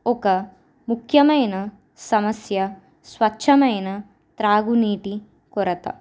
ఒక ముఖ్యమైన సమస్య స్వచ్ఛమైన త్రాగునీటి కొరత